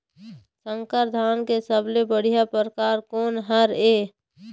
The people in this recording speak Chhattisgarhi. संकर धान के सबले बढ़िया परकार कोन हर ये?